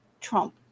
Trump